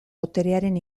boterearen